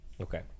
Okay